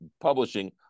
Publishing